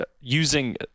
using